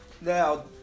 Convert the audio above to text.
Now